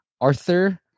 Arthur